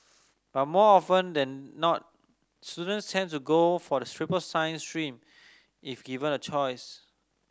but more often than not students tend to go for the triple science stream if given a choice